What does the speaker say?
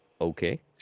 Okay